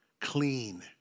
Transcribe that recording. clean